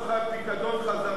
לא נתנו לך את הפיקדון חזרה,